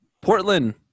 Portland